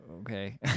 okay